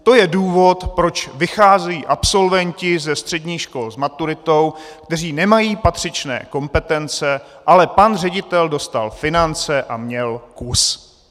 To je důvod, proč vycházejí absolventi ze středních škol s maturitou, kteří nemají patřičné kompetence, ale pan ředitel dostal finance a měl kus.